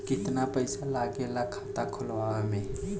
कितना पैसा लागेला खाता खोलवावे में?